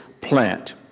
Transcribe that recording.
plant